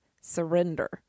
surrender